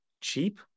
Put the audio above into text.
cheap